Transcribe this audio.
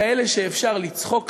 כאלה שאפשר לצחוק עליהם,